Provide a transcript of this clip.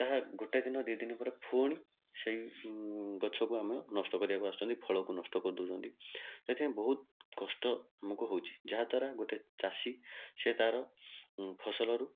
ତାହା ଗୋଟେ ଦିନ ଦୁଇ ଦିନ ପରେ ପୁଣି ସେଇ ଗଛକୁ ଆମେ ନଷ୍ଟ କରିବାକୁ ଆସୁଛନ୍ତି ଫଳକୁ ନଷ୍ଟ କରିଦେଉଛନ୍ତି ସେଇଥିପାଇଁ ବହୁତ କଷ୍ଟ ଆମକୁ ହେଉଛି ଯାହା ଦ୍ଵାରା ଗୋଟେ ଚାଷୀ ସିଏ ତା'ର ଫସଲରୁ